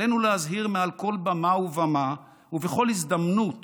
עלינו להזהיר מעל כל במה ובמה ובכל הזדמנות